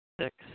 six